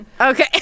Okay